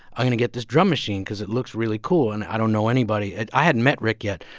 i'm going to get this drum machine because it looks really cool. and i don't know anybody and i hadn't met rick yet.